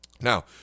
Now